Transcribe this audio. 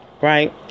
Right